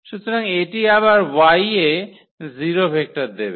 সুতরাং এটি আবার Y এ 0 ভেক্টর দেবে